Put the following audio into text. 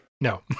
No